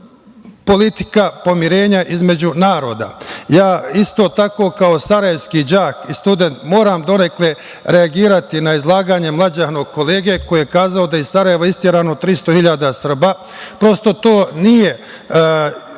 politika pomirenja između naroda. Isto tako, kao sarajevski đak i student, moram donekle reagovati na izlaganje mlađeg kolege koji je rekao da je iz Sarajeva isterano 300 hiljada Srba. Prosto to nije